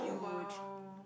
!wow!